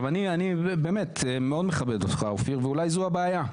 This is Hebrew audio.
אני מאוד מכבד אותך אדוני היושב-ראש ואולי זו הבעיה.